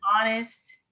honest